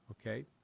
Okay